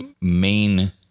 main